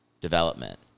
development